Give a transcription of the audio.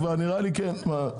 כבר נראה לי שכן.